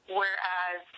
whereas